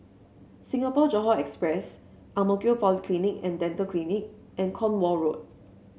Singapore Johore Express Ang Mo Kio Polyclinic And Dental Clinic and Cornwall Road